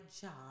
job